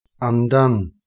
undone